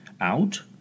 out